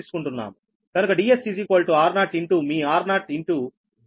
కనుక Ds r0 into మీ root ఓవర్r0 d